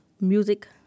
music